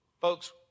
Folks